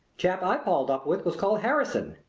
chap i palled up with was called harrison.